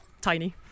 tiny